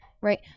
right